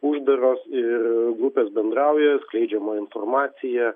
uždaros ir grupės bendrauja skleidžiama informacija